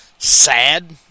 Sad